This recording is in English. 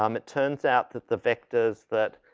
um it turns out that the vectors that